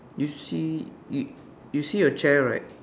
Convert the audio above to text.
you see you see a chair right